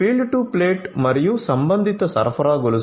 field to plate మరియు సంబంధిత సరఫరా గొలుసు